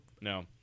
no